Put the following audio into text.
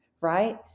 right